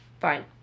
fine